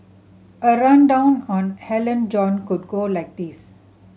a rundown on Alan John could go like this